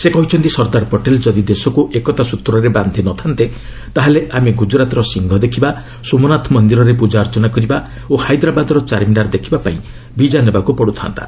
ସେ କହିଛନ୍ତି ସର୍ଦ୍ଦାର ପଟେଲ୍ ଯଦି ଦେଶକୁ ଏକତା ସ୍ନତ୍ରରେ ବାନ୍ଧି ନ ଥା'ନ୍ତେ ତାହାହେଲେ ଆମେ ଗୁଜରାତର ସିଂହ ଦେଖିବା ସୋମନାଥ ମନ୍ଦିରରେ ପୂଜାର୍ଚ୍ଚନା କରିବା ଓ ହାଇଦ୍ରାବାଦର ଚାର୍ମିନାର ଦେଖିବାପାଇଁ ବିଜା ନେବାକୁ ପଡ଼ୁଥା'ନ୍ତା